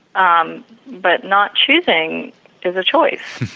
um but not choosing is a choice,